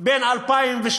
בין 2002,